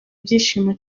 ibyishimo